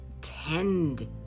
tend